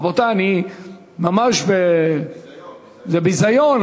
רבותי, זה ממש ביזיון.